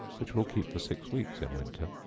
which will keep for six weeks in winter.